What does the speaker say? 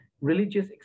religious